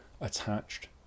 attached